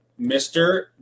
Mr